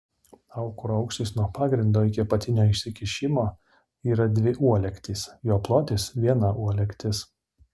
aukuro aukštis nuo pagrindo iki apatinio išsikišimo yra dvi uolektys jo plotis viena uolektis